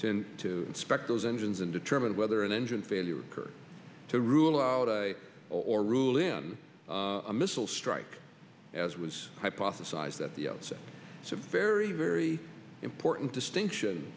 tend to inspect those engines and determine whether an engine failure occurred to rule out a or rule in a missile strike as was hypothesized that the else so very very important distinction